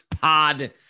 pod